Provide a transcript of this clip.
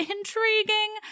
Intriguing